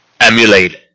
emulate